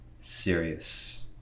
serious